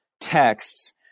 texts